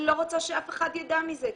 אני לא רוצה שאף אחד ידע מזה.